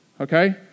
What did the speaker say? Okay